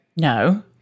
No